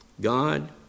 God